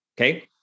Okay